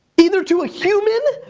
either to a human,